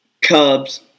Cubs